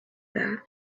that